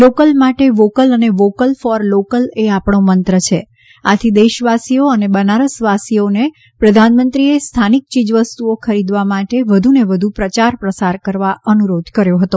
local માટે vocal અને vocal for local એ આપણો મંત્ર છે આથી દેશવાસીઓ અને બનારસવાસીઓને પ્રધાનમંત્રીએ સ્થાનિક ચીજવસ્તુઓ ખરીદવા માટે વધુને વધુ પ્રચાર પ્રસાર કરવા અનુરોધ કર્યો હતો